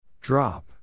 Drop